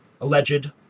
Alleged